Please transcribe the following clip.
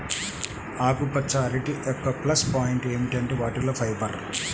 ఆకుపచ్చ అరటి యొక్క ప్లస్ పాయింట్ ఏమిటంటే వాటిలో ఫైబర్